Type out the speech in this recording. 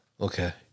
Okay